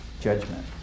judgment